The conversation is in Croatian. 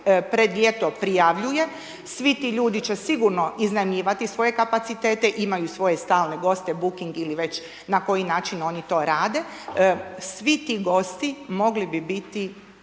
pred ljeto prijavljuje, svi ti ljudi će sigurno iznajmljivati svoje kapacitete imaju svoje stalne goste buking ili već na koji način oni to rade. Svi ti gosti mogli bi biti